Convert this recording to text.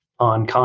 On